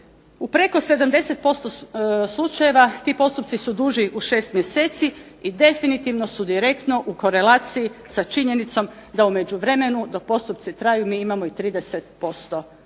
u preko 70% slučajeva ti postupci su duži u 6 mjeseci i definitivno su direktno u korelaciji sa činjenicom da u međuvremenu dok postupci traju mi imamo i 30%